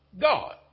God